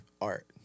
art